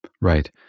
Right